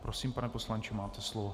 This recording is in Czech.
Prosím, pane poslanče, máte slovo.